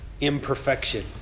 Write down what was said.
Imperfection